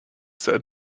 said